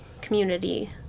community